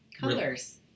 Colors